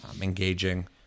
engaging